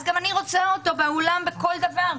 גם אני רוצה אותו באולם בכל דבר.